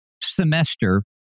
semester